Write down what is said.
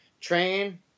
Train